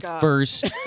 first